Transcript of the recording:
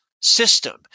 system